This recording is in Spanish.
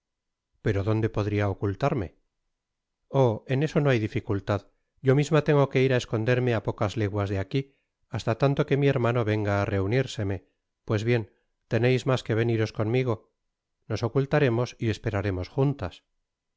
pero dónde podria ocultarme oh en eso no hay dificultad yo misma tengo que ir á esconderme á pocas leguas de aqui hasta tanto que mi hermano venga á reunirseme pues bien teneis mas que veniros conmigo nos ocultaremos y esperaremos juntas